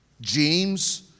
James